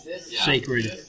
sacred